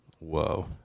whoa